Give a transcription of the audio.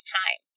time